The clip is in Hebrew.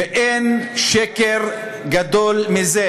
אין שקר גדול מזה.